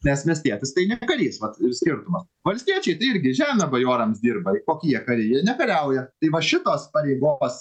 nes miestietis tai ne karys vat skirtumas valstiečiai tai irgi žemę bajorams dirba kokie jie kariai jie nekariauja tai va šitos pareigos